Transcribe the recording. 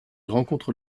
rencontre